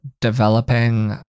developing